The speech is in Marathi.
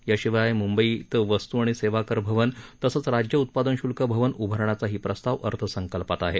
याशिवाय मुंबईत वस्तू आणि सेवाकर भवन तसंच राज्य उत्पादन शुल्क भवन उभारण्याचाही प्रस्ताव अर्थसंकल्पात आहे